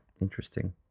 Interesting